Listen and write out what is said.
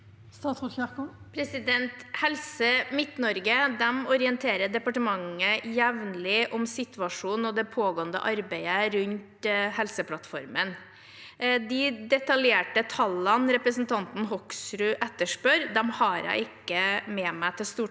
Helse Midt- Norge orienterer departementet jevnlig om situasjonen og det pågående arbeidet rundt Helseplattformen. De detaljerte tallene representanten Hoksrud etterspør, har jeg ikke med meg til Stortinget i